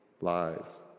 lives